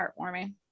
heartwarming